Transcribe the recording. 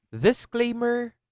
Disclaimer